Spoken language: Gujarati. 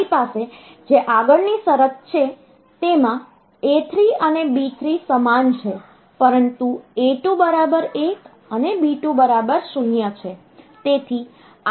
તમારી પાસે જે આગળની શરત છે તેમાં A3 અને B3 સમાન છે પરંતુ A2 બરાબર 1 અને B2 બરાબર 0 છે